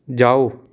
ਜਾਓ